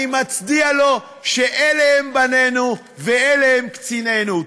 אני מצדיע לו, שאלה הם בנינו ואלה הם קצינינו.